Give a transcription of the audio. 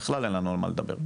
בכלל אין לנו על מה לדבר.